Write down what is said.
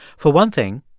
for one thing,